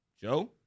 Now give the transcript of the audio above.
Joe